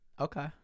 Okay